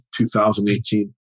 2018